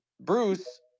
bruce